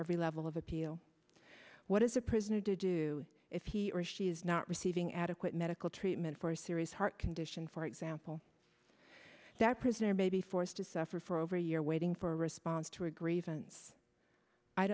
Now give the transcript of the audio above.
every level of appeal what is a prisoner to do if he or she is not receiving adequate medical treatment for a serious heart condition for example that prisoner may be forced to suffer for over a year waiting for a response to a grievance